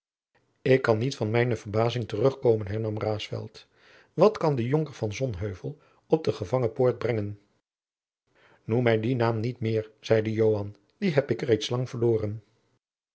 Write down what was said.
ik kan niet van mijne verbazing terugkomen hernam raesfelt wat kan den jonker van sonheuvel op de gevangenpoort brengen noem mij dien naam niet meer zeide joan dien heb ik reeds lang verloren